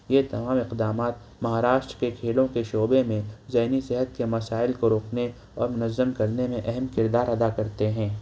یہ تمام اقدامات مہاراشٹرا کے کھیلوں کے شعبے میں ذہنی صحت کے مسائل کو روکنے اور منظم کرنے میں اہم کردار ادا کرتے ہیں